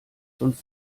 sonst